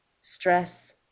stress